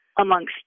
amongst